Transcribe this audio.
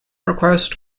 request